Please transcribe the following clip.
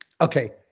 Okay